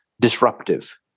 disruptive